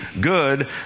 good